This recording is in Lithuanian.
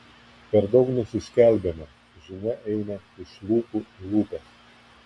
per daug nesiskelbiame žinia eina iš lūpų į lūpas